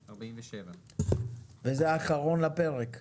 סעיף 47. הסעיף האחרון בפרק ד'.